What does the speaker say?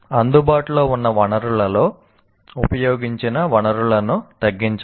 అందుబాటులో ఉన్న వనరులలో ఉపయోగించిన వనరులను తగ్గించాలి